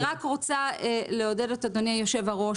אני רק רוצה לעודד את אדוני היושב-ראש,